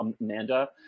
Amanda